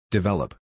Develop